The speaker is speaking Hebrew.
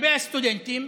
לגבי הסטודנטים,